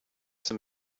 some